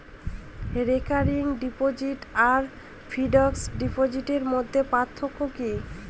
Recurring deposit আর fixed ডিপোজিটের মধ্যে পার্থক্য কি?